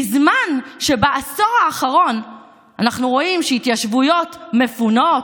בזמן שבעשור האחרון אנחנו רואים שהתיישבויות מפונות,